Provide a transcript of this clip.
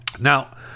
Now